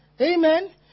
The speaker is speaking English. Amen